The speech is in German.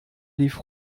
lief